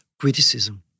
criticism